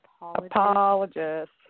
Apologist